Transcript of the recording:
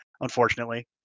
unfortunately